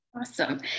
Awesome